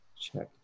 check